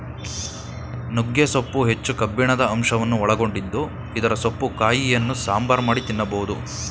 ನುಗ್ಗೆ ಸೊಪ್ಪು ಹೆಚ್ಚು ಕಬ್ಬಿಣದ ಅಂಶವನ್ನು ಒಳಗೊಂಡಿದ್ದು ಇದರ ಸೊಪ್ಪು ಕಾಯಿಯನ್ನು ಸಾಂಬಾರ್ ಮಾಡಿ ತಿನ್ನಬೋದು